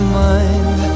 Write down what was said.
mind